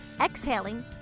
Exhaling